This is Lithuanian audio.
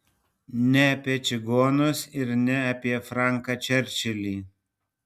ne apie čigonus ir ne apie franką čerčilį